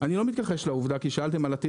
אני לא מתכחש לעובדה כי שאלתם על עתיד